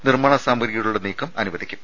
നിർമ്മാണ സാമഗ്രികളുടെ നീക്കം അനുവദിക്കും